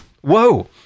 Whoa